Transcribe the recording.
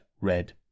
red